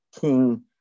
king